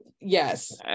Yes